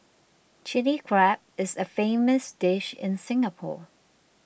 Chilli Crab is a famous dish in Singapore